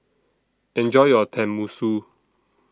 Enjoy your Tenmusu